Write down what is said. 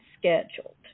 scheduled